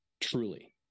Truly